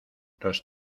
los